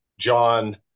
John